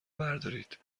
بردارید